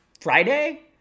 Friday